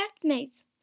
classmates